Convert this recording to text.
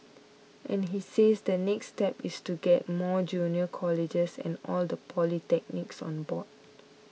and he says the next step is to get more junior colleges and all the polytechnics on board